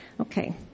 Okay